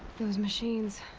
those machines.